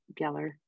Geller